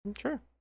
Sure